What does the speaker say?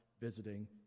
visiting